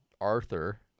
Arthur